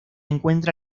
encuentra